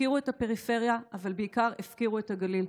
הפקירו את הפריפריה אבל בעיקר הפקירו את הגליל.